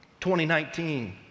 2019